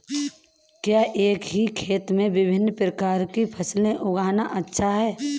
क्या एक ही खेत में विभिन्न प्रकार की फसलें उगाना अच्छा है?